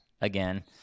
Again